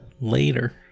Later